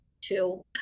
two